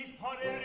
party